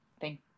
thank